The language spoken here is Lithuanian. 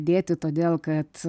dėti todėl kad